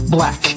Black